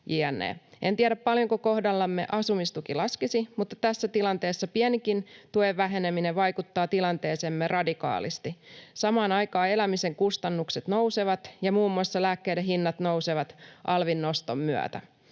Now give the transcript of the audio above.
En tiedä, paljonko kohdallamme asumistuki laskisi, mutta tässä tilanteessa pienikin tuen väheneminen vaikuttaa tilanteeseemme radikaalisti. Samaan aikaan elämisen kustannukset nousevat ja muun muassa lääkkeiden hinnat nousevat alvin noston myötä.